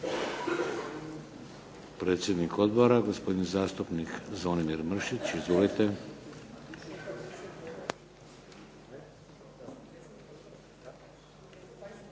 predsjednik odbora gospodin zastupnik Zvonimir Mršić. Izvolite.